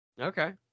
Okay